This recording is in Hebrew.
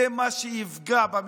זה מה שיפגע במיעוט,